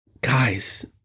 guys